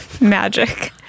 magic